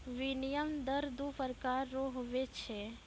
विनिमय दर दू प्रकार रो हुवै छै